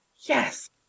Yes